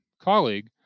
colleague